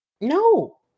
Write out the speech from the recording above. No